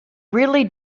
really